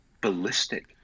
ballistic